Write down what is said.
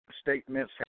Statements